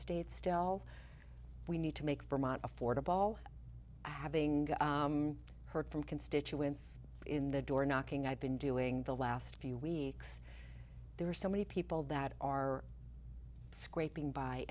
state still we need to make vermont affordable having heard from constituents in the door knocking i've been doing the last few weeks there are so many people that are scraping by